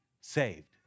saved